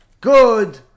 good